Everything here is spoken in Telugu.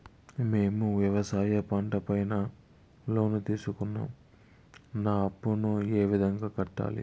మేము వ్యవసాయ పంట పైన లోను తీసుకున్నాం నా అప్పును ఏ విధంగా కట్టాలి